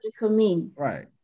Right